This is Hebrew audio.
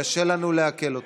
קשה לנו לעכל אותן,